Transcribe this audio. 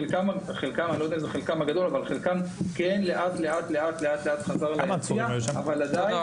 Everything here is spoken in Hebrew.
חלקם כן לאט לאט חזר ליציע אבל עדיין